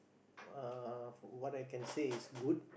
uh what I can say is good